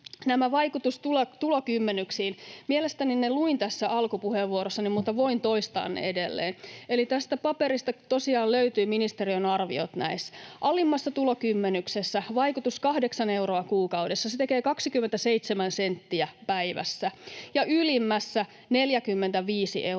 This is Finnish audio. vaikutus tulokymmenyksiin. Mielestäni ne luin tässä alkupuheenvuorossani, mutta voin toistaa ne edelleen. Eli tästä paperista tosiaan löytyvät ministeriön arviot. Alimmassa tulokymmenyksessä vaikutus 8 euroa kuukaudessa, se tekee 27 senttiä päivässä, ja ylimmässä 45 euroa